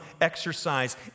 exercise